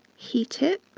heat it